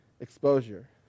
exposure